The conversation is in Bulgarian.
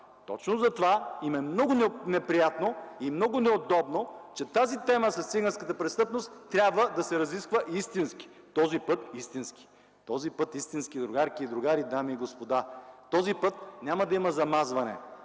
Точно затова им е много неприятно и много неудобно, че тази тема с циганската престъпност трябва да се разисква истински – този път истински, другарки и другари, дами и господа! Този път няма да има замазване,